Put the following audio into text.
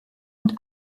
und